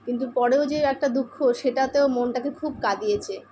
কিন্তু পরেও যে একটা দুঃখ সেটাতেও মনটাকে খুব কাঁদিয়েছে